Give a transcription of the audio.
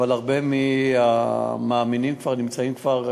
אבל רבים מהמאמינים כבר נמצאים שם.